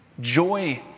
joy